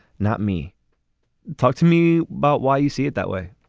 not me talk to me about why you see it that way